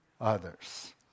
others